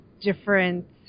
different